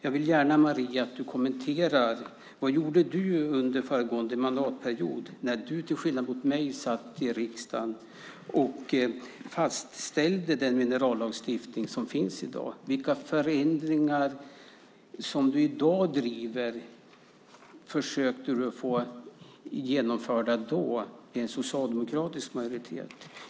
Jag vill att du kommenterar: Vad gjorde du Marie under föregående mandatperiod när du till skillnad mot mig satt i riksdagen och fastställde den minerallagstiftning som finns i dag? Vilka förändringar som du i dag driver försökte du få genomförda då med socialdemokratisk majoritet?